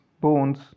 bones